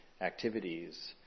activities